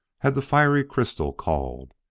had the fiery crystal called.